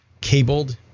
cabled